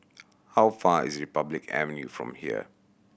how far is Republic Avenue from here